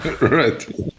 Right